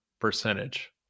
percentage